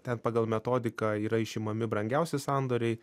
ten pagal metodiką yra išimami brangiausi sandoriai